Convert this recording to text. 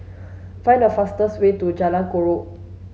find the fastest way to Jalan Chorak